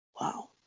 Wow